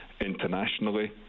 internationally